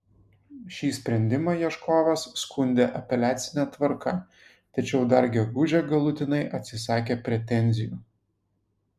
šį sprendimą ieškovas skundė apeliacine tvarka tačiau dar gegužę galutinai atsisakė pretenzijų